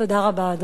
תודה רבה.